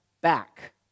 back